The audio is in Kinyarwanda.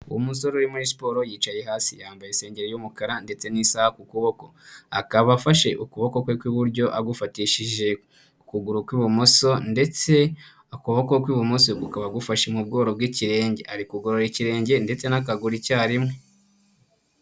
Umusore uri muri siporo yicaye hasi yambaye isengeri y'umukara ndetse n'isaha ku kuboko. Akaba afashe ukuboko kwe kw'iburyo agufatishije ukuguru kw'ibumoso ndetse ukuboko kw'ibumoso kukaba gufashe mu bworo bw'ikirenge, ari kugorora ikirenge ndetse n'akaguru icyarimwe.